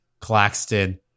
Claxton